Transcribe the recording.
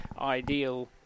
ideal